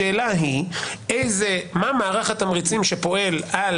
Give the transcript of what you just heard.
השאלה היא מה מערך התמריצים שפועל על